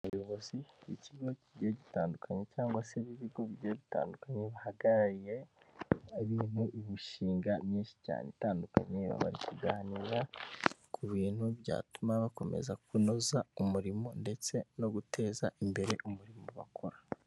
Abayobozi b'ibigo bigiye bitandukanye cyangwa se b'ibigo bigiye bitandukanye bahagarariye abi imishinga myinshi cyane itandukanye bamaze kuganira ku bintu byatuma bakomeza kunoza umurimo ndetse no guteza imbere umurimo bakora .